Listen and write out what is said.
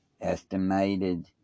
Estimated